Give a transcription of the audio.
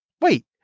Wait